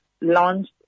launched